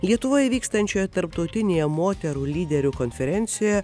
lietuvoje vykstančioje tarptautinėje moterų lyderių konferencijoje